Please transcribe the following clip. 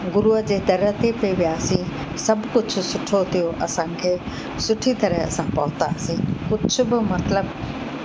गुरुअ जे दर ते पेई वियासीं सभु कुझु सुठो थियो असांखे सुठी तरह असां पहुतासीं कुझु बि मतिलबु